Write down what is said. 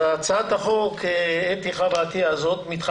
חברת הכנסת חוה אתי עטיה, הצעת החוק הזו מתחלפת